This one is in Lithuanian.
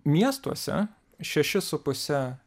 miestuose šešis su puse